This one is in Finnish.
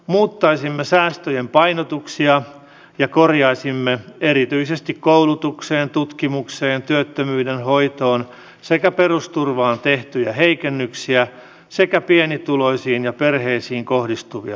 muuttaisimme säästöjen painotuksia ja korjaisimme erityisesti koulutukseen tutkimukseen työttömyyden hoitoon sekä perusturvaan tehtyjä heikennyksiä sekä pienituloisiin ja perheisiin kohdistuvia leikkauksia